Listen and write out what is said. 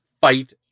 fight